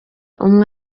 umwe